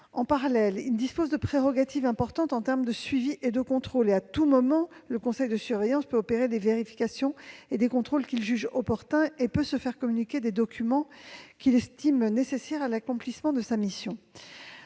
En parallèle, il dispose de prérogatives importantes en matière de suivi et de contrôle. À tout moment, le conseil de surveillance peut opérer des vérifications et des contrôles qu'il juge opportuns. Il peut se faire communiquer des documents qu'il estime nécessaires à l'accomplissement de sa mission.